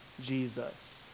Jesus